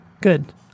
Good